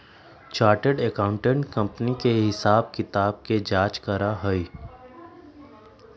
chartered accountant company के हिसाब किताब के जाँच करा हई